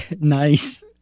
Nice